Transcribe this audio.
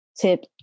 tip